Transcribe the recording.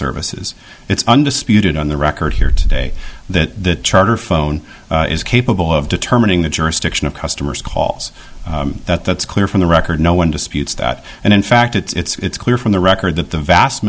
services it's undisputed on the record here today that charter phone is capable of determining the jurisdiction of customers calls that that's clear from the record no one disputes that and in fact it's clear from the record that the vast